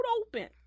open